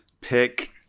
pick